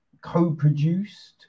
co-produced